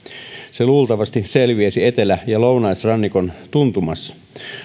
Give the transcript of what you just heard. se luultavasti selviäisi etelä ja lounaisrannikon tuntumassa